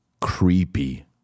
creepy